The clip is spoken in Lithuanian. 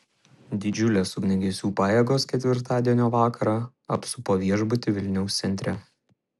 didžiulės ugniagesių pajėgos ketvirtadienio vakarą apsupo viešbutį vilniaus centre